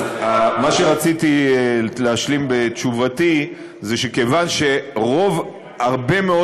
אז מה שרציתי להשלים בתשובתי זה שהרבה מאוד